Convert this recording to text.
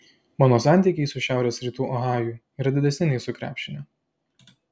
mano santykiai su šiaurės rytų ohaju yra didesni nei su krepšiniu